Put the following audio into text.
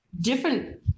different